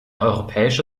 europäische